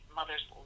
mothers